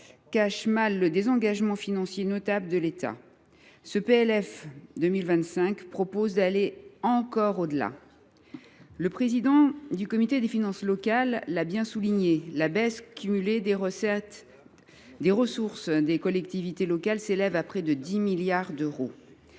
cache mal le désengagement financier notable de l’État. Le PLF pour 2025 prévoit d’aller encore plus loin. Le président du Comité des finances locales a bien souligné que la baisse cumulée des ressources des collectivités locales s’élèvera à près de 10 milliards d’euros.